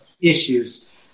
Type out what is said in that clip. issues